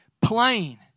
plain